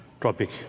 topic